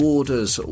Order's